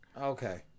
Okay